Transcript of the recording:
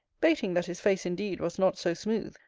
bating that his face indeed was not so smooth,